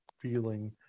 feeling